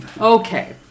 Okay